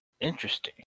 Interesting